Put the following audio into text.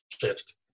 shift